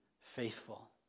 faithful